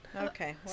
Okay